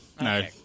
No